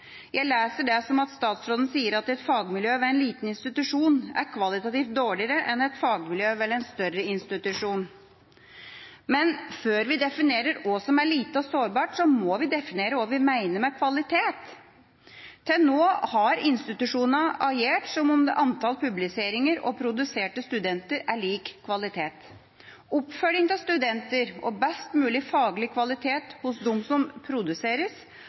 Jeg leser det som at statsråden sier at et fagmiljø ved en liten institusjon er kvalitativt dårligere enn et fagmiljø ved en større institusjon. Før vi definerer hva som er lite og sårbart, må vi definere hva vi mener med kvalitet. Til nå har institusjonene agert som om antall publiseringer og produserte studenter er lik kvalitet. Oppfølging av studenter og best mulig faglig kvalitet hos dem som